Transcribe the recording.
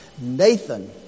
Nathan